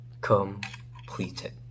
completed